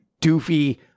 doofy